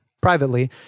privately